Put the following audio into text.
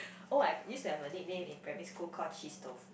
oh I used to have a nickname in primary school call cheese tofu